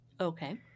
Okay